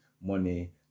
Money